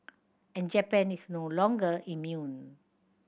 and Japan is no longer immune